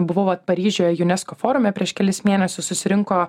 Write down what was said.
buvau vat paryžiuje junesko forume prieš kelis mėnesius susirinko